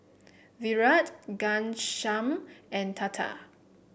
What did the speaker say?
Virat Ghanshyam and Tata